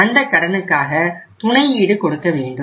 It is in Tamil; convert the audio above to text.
அந்தக் கடனுக்காக துணை ஈடு கொடுக்க வேண்டும்